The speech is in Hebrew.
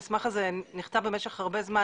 המסמך הזה נכתב במשך זמן